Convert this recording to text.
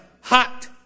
hot